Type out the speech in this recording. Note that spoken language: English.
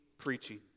preaching